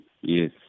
Yes